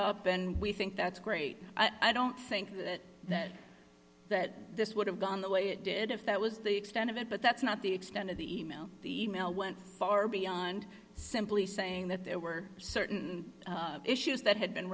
up and we think that's great i don't think that this would have gone the way it did if that was the extent of it but that's not the extent of the e mail the e mail went far beyond simply saying that there were certain issues that had been